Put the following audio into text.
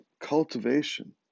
cultivation